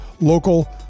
local